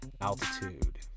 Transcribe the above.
Altitude